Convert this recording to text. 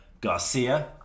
Garcia